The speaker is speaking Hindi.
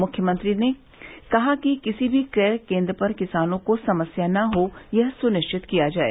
मुख्यमंत्री ने कहा कि किसी भी क्रय केन्द्र पर किसानों को समस्या न हो यह सुनिश्चित किया जाय